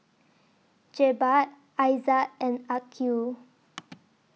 Jebat Aizat and Aqil